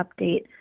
update